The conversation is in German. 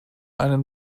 einen